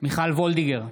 מיכל וולדיגר,